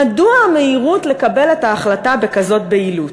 מדוע המהירות לקבל את ההחלטה בכזאת בהילות?